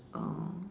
uh